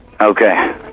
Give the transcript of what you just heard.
Okay